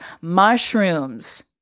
mushrooms